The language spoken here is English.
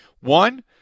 One